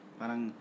parang